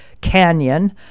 canyon